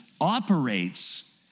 operates